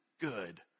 good